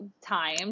time